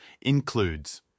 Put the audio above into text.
includes